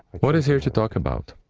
what is here to talk about!